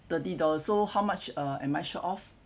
thirty dollars so how much uh am I short of